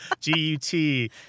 G-U-T